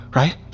right